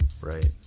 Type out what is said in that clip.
Right